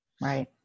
Right